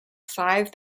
five